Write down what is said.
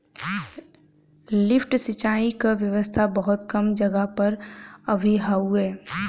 lift सिंचाई क व्यवस्था बहुत कम जगह पर अभी हउवे